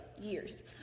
years